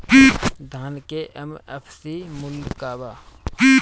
धान के एम.एफ.सी मूल्य का बा?